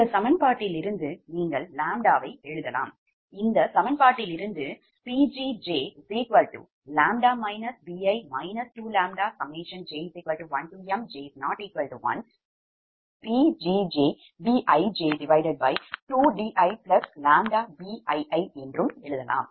இந்த சமன்பாட்டிலிருந்து நீங்கள் லாம்ப்டாவை எழுதலாம் இந்த சமன்பாட்டிலிருந்து Pgjʎ bi 2ʎj1j≠1mPgjBij2diʎBii என்று எழுதலாம்